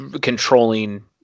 controlling